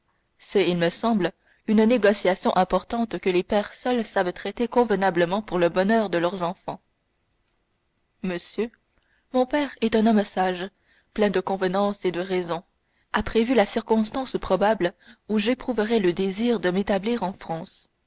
il me semble une négociation importante que les pères seuls savent traiter convenablement pour le bonheur de leurs enfants monsieur mon père est un homme sage plein de convenance et de raison il a prévu la circonstance probable où j'éprouverais le désir de m'établir en france